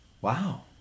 Wow